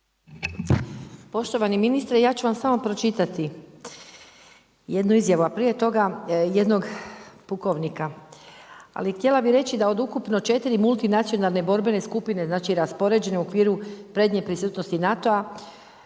Poštovani ministre, ja ću vam samo pročitati jednu izjavu a prije toga jednog pukovnika. Ali htjela bih reći da od ukupno 4 multinacionalne borbene skupine, znači raspoređene u okviru prednje prisutnosti NATO-a